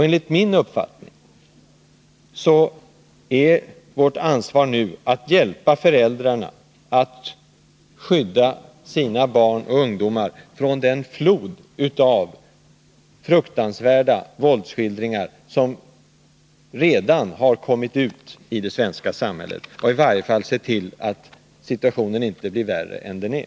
Enligt min uppfattning är vårt ansvar nu att hjälpa föräldrarna att skydda sina barn och ungdomar mot den flod av fruktansvärda våldsskildringar som redan har kommit ut i det svenska samhället, eller i varje fall se till, att situationen inte blir värre än den är.